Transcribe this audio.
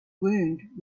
wound